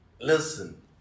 Listen